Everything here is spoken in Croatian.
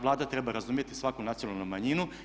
Vlada treba razumjeti svaku nacionalnu manjinu.